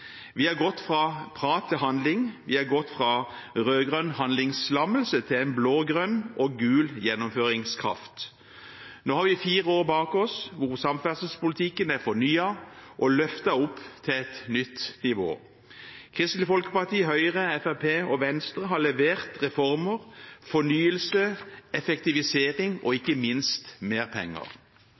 Vi har gått fra prat til handling, vi har gått fra rød-grønn handlingslammelse til en blå-grønn og gul gjennomføringskraft. Nå har vi fire år bak oss hvor samferdselspolitikken er fornyet og løftet opp til et nytt nivå. Kristelig Folkeparti, Høyre, Fremskrittspartiet og Venstre har levert reformer, fornyelse, effektivisering og ikke minst mer penger.